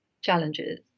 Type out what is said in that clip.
challenges